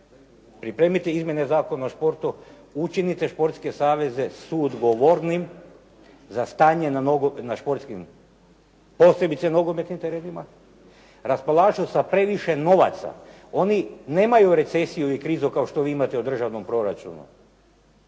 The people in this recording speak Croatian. pripremite izmjene zakona o sportu, učinite sportske saveze suodgovornim za stanje na športskim, posebice nogometnim terenima, raspolažu sa previše novaca. Oni nemaju recesiju i krizu kao što vi imate u državnom proračunu